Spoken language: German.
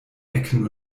ecken